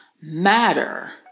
matter